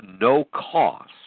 no-cost